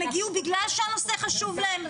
הם הגיעו בגלל שהנושא חשוב להם,